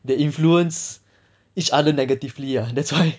they influence each other negatively ah that's why